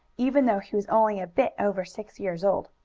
even though he was only a bit over six years old,